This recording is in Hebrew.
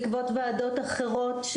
בעקבות ועדות אחרות,